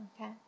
okay